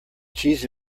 cheese